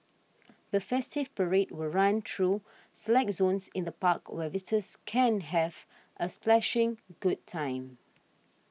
the festival parade will run through select zones in the park where visitors can have a splashing good time